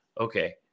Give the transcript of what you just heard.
okay